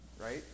right